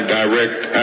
direct